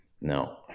No